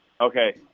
Okay